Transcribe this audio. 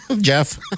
Jeff